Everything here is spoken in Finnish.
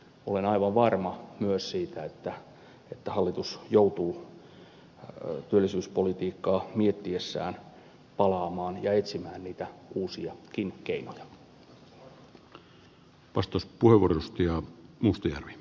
olen aivan varma myös siitä että hallitus joutuu työllisyyspolitiikkaa miettiessään tähän palaamaan ja etsimään niitä uusiakin keinoja